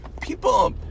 people